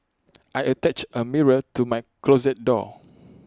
I attached A mirror to my closet door